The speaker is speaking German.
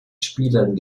spielern